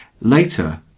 Later